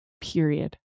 Period